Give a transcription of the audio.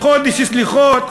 חודש סליחות,